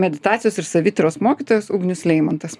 meditacijos ir savityros mokytojas ugnius leimontas